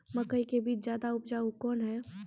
मकई के बीज ज्यादा उपजाऊ कौन है?